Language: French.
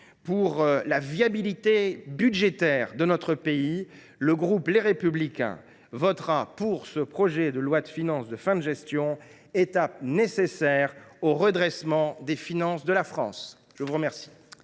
et la viabilité budgétaire de notre pays, le groupe Les Républicains votera ce projet de loi de finances de fin de gestion, étape nécessaire au redressement des finances de la France. La discussion